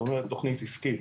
זה אומר תכנית עסקית